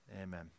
Amen